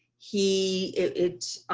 he it.